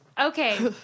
Okay